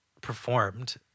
performed